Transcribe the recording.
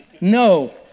No